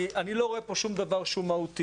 כי אני לא רואה פה שום דבר שהוא מהותי,